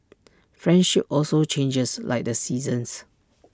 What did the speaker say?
friendship also changes like the seasons